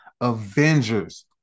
Avengers